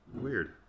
Weird